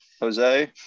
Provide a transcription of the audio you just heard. Jose